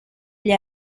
gli